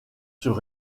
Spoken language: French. sur